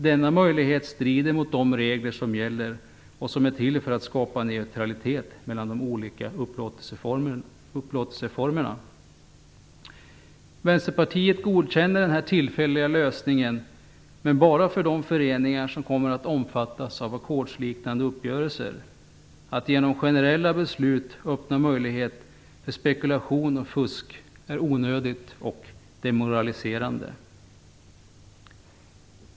Denna möjlighet strider mot de regler som är till för att skapa neutralitet mellan de olika upplåtelseformerna. Vänsterpartiet godkänner den här tillfälliga lösningen, men bara för de föreningar som kommer att omfattas av ackordsliknande uppgörelser. Att genom generella beslut öppna möjligheter för spekulation och fusk är onödigt och demoraliserande.